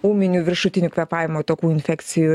ūminių viršutinių kvėpavimo takų infekcijų